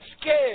scared